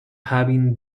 having